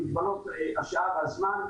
במגבלות השעה והזמן,